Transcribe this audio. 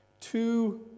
two